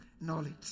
knowledge